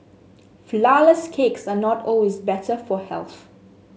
flourless cakes are not always better for health